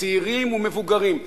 צעירים ומבוגרים.